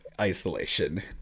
isolation